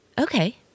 Okay